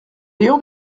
léon